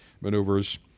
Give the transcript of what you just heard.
maneuvers